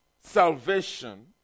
salvation